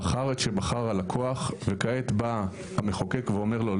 בחר את שבחר הלקוח וכעת בא המחוקק ואומר לו,